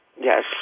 Yes